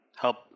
help